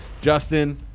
Justin